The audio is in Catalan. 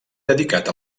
dedicat